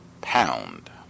pound